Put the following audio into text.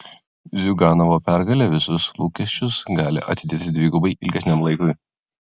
ziuganovo pergalė visus lūkesčius gali atidėti dvigubai ilgesniam laikui